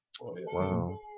Wow